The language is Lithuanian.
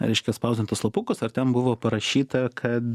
reiškia spausdintus lapukus ir ten buvo parašyta kad